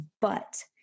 but-